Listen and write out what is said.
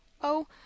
Oh